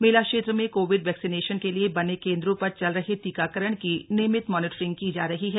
मेला क्षेत्र में COVID vaccination के लिए बने केंद्रों पर चल रहे टीकाकरण की नियमित मॉनिटरिंग की जा रही है